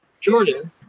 Jordan